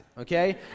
okay